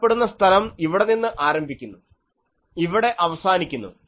കാണപ്പെടുന്ന സ്ഥലം ഇവിടെ നിന്ന് ആരംഭിക്കുന്നു ഇവിടെ അവസാനിക്കുന്നു